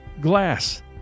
glass